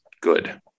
Good